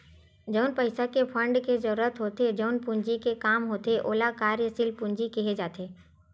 जउन पइसा के फंड के जरुरत होथे जउन पूंजी के काम होथे ओला कार्यसील पूंजी केहे जाथे